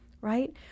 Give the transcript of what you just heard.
right